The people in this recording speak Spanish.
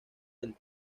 del